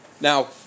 Now